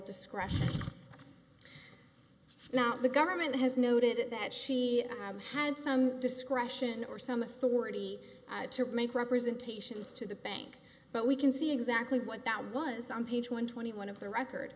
discretion now the government has noted that she had some discretion or some authority to make representations to the bank but we can see exactly what that was on page one twenty one of the record